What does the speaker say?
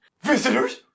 Visitors